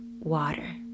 water